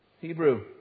Hebrew